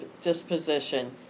disposition